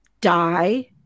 die